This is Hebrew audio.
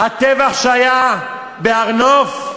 הטבח שהיה בהר-נוף,